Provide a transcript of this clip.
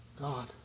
God